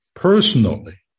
Personally